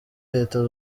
leta